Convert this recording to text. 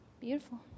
Beautiful